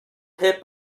hit